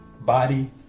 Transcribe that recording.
body